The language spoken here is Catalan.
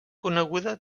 coneguda